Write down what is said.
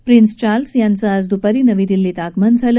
prince Charles यांचं आज द्पारी नवी दिल्लीत आगमन झालं